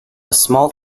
small